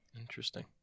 Interesting